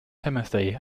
timothy